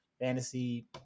fantasy